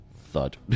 Thud